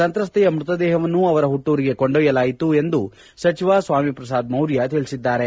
ಸಂತ್ರಸ್ತೆಯ ಮೃತ ದೇಹವನ್ನು ಅವರ ಹುಟ್ಟೂರಿಗೆ ಕೊಂಡ್ಯೊಯ್ಯಲಾಯಿತು ಎಂದು ಸಚಿವ ಸ್ವಾಮಿ ಪ್ರಸಾದ್ ಮೌರ್ಯ ತಿಳಿಸಿದ್ದಾರೆ